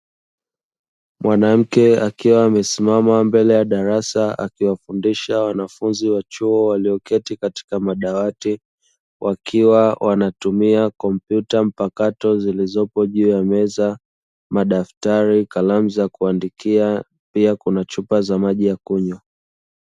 Mwanamke akiwa amesimama mbele ya darasa akiwafundisha wanafunzi wa chuo walioketi katika madawati wakiwa wanatumia kompyuta mpakato zilizopo juu ya meza, madaftari, kalamu za kuandikia, pia kuna chupa za maji ya kunywa.